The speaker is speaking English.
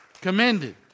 Commended